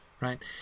right